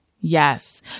Yes